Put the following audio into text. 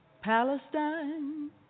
Palestine